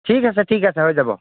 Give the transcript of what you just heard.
ঠিক আছে ঠিক আছে হৈ যাব